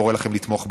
קורא לכם לתמוך בהצעה.